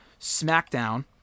SmackDown